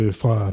fra